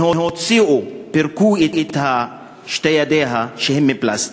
הם הוציאו, פירקו את שתי ידיה, שהן מפלסטיק,